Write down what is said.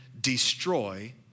destroy